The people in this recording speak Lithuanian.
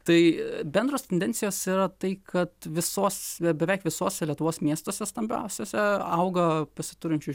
tai bendros tendencijos yra tai kad visos beveik visose lietuvos miestuose stambiausiuose auga pasiturinčių